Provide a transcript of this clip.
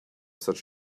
such